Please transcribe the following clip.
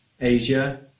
Asia